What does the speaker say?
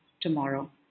tomorrow